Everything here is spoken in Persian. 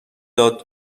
داد